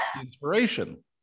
Inspiration